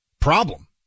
problem